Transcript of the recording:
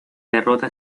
derrota